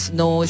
no